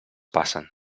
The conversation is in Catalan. passen